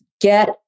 Get